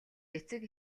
эцэг